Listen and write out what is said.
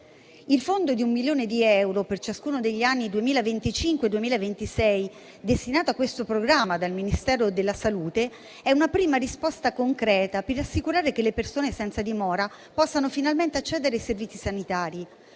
Il fondo di un milione di euro per ciascuno degli anni 2025 e 2026 destinato a questo programma dal Ministero della salute è una prima risposta concreta per assicurare che le persone senza dimora possano finalmente accedere ai servizi sanitari.